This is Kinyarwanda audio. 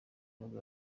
nibwo